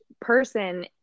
person